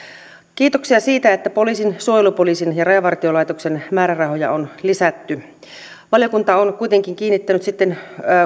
kiitoksia siitä että poliisin suojelupoliisin ja rajavartiolaitoksen määrärahoja on lisätty valiokunta on kuitenkin kiinnittänyt sitten